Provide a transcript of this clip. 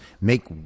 make